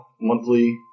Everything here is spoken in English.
monthly